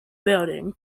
building